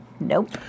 Nope